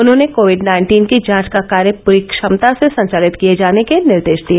उन्होंने covid nineteen की जांच का कार्य पूरी क्षमता से संचालित किए जाने के निर्देश दिए